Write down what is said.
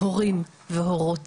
הורים והורות